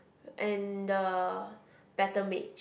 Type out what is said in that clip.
and the Battle Mage